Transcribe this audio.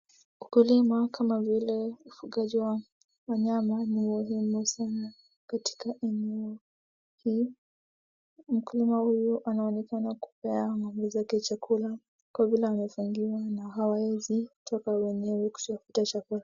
Ukulima kama vile ufugaji wa wanyama ni muhimu sana katika eneo hii, mkulima huyu anaonekana kupea ngombe zake chakula kwa vile wamefungiwa na hawaezi kutoka wenyewe kutafuta chakula.